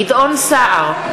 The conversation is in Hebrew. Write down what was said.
נגד גדעון סער,